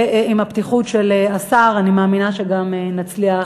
ועם הפתיחות של השר, אני מאמינה שגם נצליח